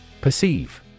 Perceive